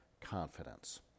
confidence